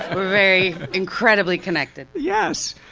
very incredibly connected. yes!